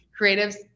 creatives